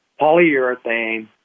polyurethane